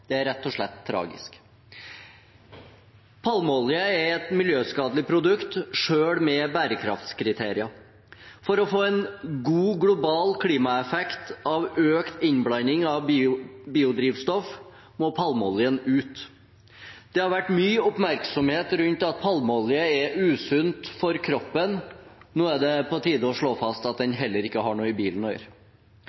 Det er rett og slett tragisk. Palmeolje er et miljøskadelig produkt, selv med bærekraftskriterier. For å få en god global klimaeffekt av økt innblanding av biodrivstoff må palmeoljen ut. Det har vært mye oppmerksomhet rundt at palmeolje er usunt for kroppen. Nå er det på tide å slå fast at den